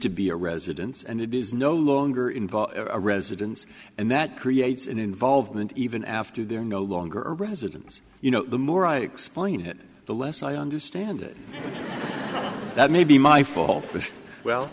to be a residence and it is no longer involved a residence and that creates an involvement even after they're no longer residents you know the more i explain it the less i understand it that may be my fault